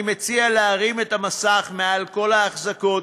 אני מציע להרים את המסך מעל כל ההחזקות